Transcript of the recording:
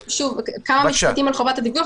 כמה משפטים על חובת הדיווח,